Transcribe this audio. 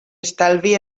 estalvi